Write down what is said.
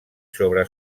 sobre